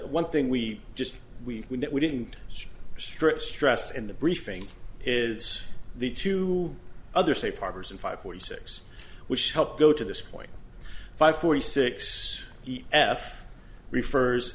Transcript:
one thing we just we didn't strip stress in the briefing is the two other safe harbors and five forty six which help go to this point five forty six f refers